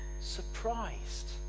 surprised